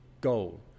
goal